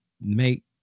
make